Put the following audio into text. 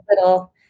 little